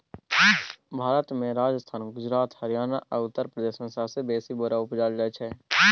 भारत मे राजस्थान, गुजरात, हरियाणा आ उत्तर प्रदेश मे सबसँ बेसी बोरा उपजाएल जाइ छै